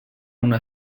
una